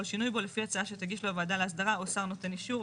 שינוי בו לפי הצעה שתגיש לו הוועדה להסדרה או שר נותן אישור.